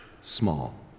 small